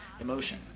emotion